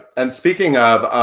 and speaking of,